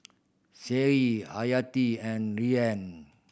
Seri Hayati and Rayyan